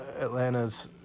Atlanta's